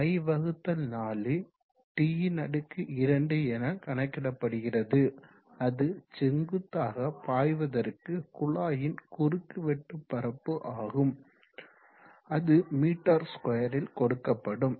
A π4 d2 என கணக்கிடப்படுகிறது அது செங்குத்தாக பாய்வதற்கு குழாயின் குறுக்கு வெட்டு பரப்பு ஆகும் அது மீட்டர் ஸ்கொயரில் கொடுக்கப்படும்